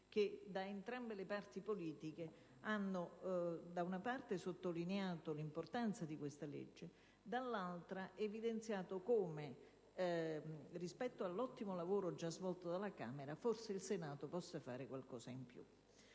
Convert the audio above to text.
che da entrambe le parti politiche hanno, da un lato sottolineato l'importanza del provvedimento in esame, dall'altra evidenziato come rispetto all'ottimo lavoro già svolto dalla Camera forse il Senato possa fare qualcosa in più.